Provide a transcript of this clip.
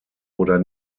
oder